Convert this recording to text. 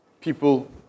people